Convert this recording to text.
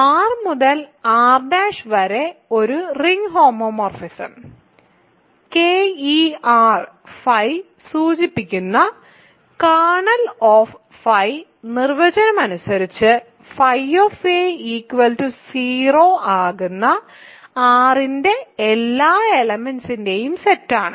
R മുതൽ R' വരെ ഒരു റിംഗ് ഹോമോമോർഫിസം Ker φ സൂചിപ്പിക്കുന്ന "കേർണൽ ഓഫ് φ kernel of φ" നിർവചനം അനുസരിച്ച് φ 0 ആകുന്ന R ന്റെ എല്ലാ എലെമെന്റ്സിന്റെയും സെറ്റാണ്